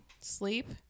Sleep